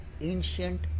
ancient